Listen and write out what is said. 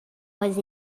was